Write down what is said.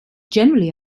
generally